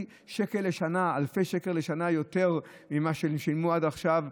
שקלים לשנה יותר ממה שהם שילמו עד עכשיו.